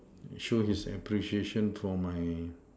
show his appreciation for my